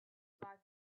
about